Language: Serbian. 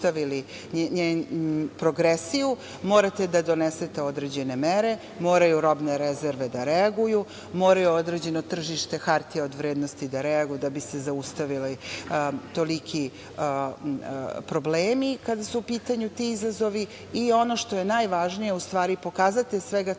zaustavili progresiju, morate da donesete određene mere, moraju robne rezerve da reaguju, mora određeno tržište hartija od vrednosti da reaguju da bi se zaustavili toliki problemi kada su u pitanju ti izazovi i, ono što je najvažnije, pokazatelj svega